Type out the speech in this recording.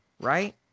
Right